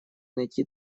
найти